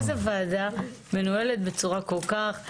איזו ועדה מנוהלת בצורה כל כך,